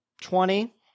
twenty